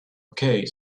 okay